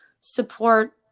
support